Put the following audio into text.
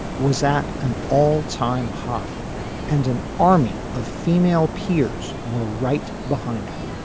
was at an all time high and an army of female peers were right behind her.